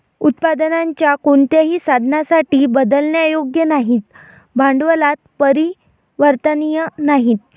उत्पादनाच्या कोणत्याही साधनासाठी बदलण्यायोग्य नाहीत, भांडवलात परिवर्तनीय नाहीत